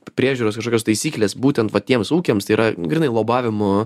priežiūros kažkokios taisyklės būtent va patiems ūkiams tai yra grynai lobavimo